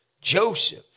Joseph